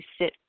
sit